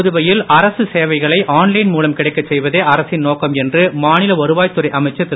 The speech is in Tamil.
புதுவையில் அரசு சேவைகளை ஆன்லைன் மூலம் கிடைக்கச் செய்வதே அரசின் நோக்கம் என்று மாநில வருவாய்த் துறை அமைச்சர் திரு